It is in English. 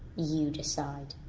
you decide.